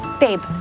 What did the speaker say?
Babe